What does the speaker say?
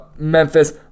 Memphis